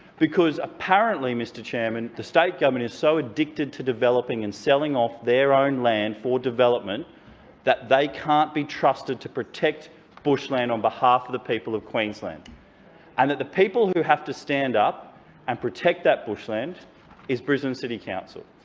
because apparently, mr chairman, the state government is so addicted to developing and selling off their own land for development that they can't be trusted to protect bushland on behalf of the people of queensland and that the people who have to stand up and protect that bushland is brisbane city council.